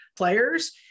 Players